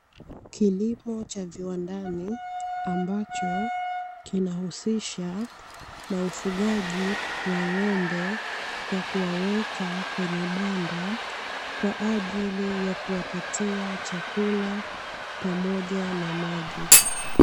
Kilimo cha viwandani ambacho kinahusisha na ufugaji wa ng'ombe kwa kuwaweka kwenye banda kwa ajili ya kuwapatia chakula pamoja na maji.